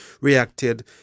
reacted